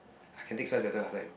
I can take spice better last time